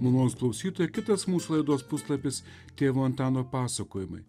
malonūs klausytojai kitas mūsų laidos puslapis tėvo antano pasakojimai